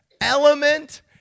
element